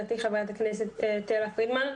חברת הכנסת תהלה פרידמן,